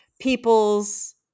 people's